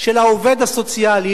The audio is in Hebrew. של העובד הסוציאלי,